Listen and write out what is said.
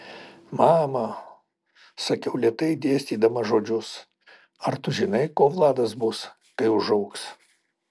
mama sakiau lėtai dėstydama žodžius ar tu žinai kuo vladas bus kai užaugs